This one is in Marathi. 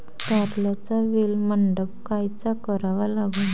कारल्याचा वेल मंडप कायचा करावा लागन?